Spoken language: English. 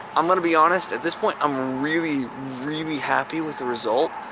i'm going to be honest at this point i'm really, really happy with the result.